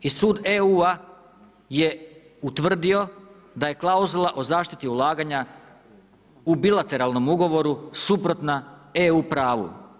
I sud EU-a je utvrdio da je klauzula o zaštiti ulaganja u bilateralnom ugovoru suprotna EU pravu.